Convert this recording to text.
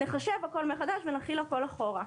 נחשב הכול מחדש ונחיל הכול אחורה.